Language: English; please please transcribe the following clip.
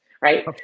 right